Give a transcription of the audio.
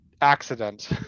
accident